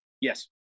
Yes